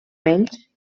vells